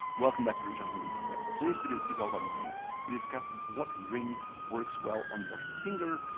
welcome back to the gentleman's gazette! today's video is all about rings we discuss what ring works well on what finger,